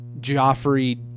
Joffrey